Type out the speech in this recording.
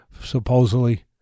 supposedly